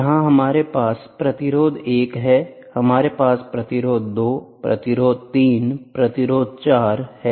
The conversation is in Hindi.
यहाँ हमारे पास प्रतिरोध 1 है हमारे पास प्रतिरोध 2 प्रतिरोध 3 प्रतिरोध 4 है